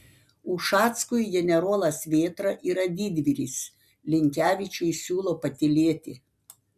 ušackui generolas vėtra yra didvyris linkevičiui siūlo patylėti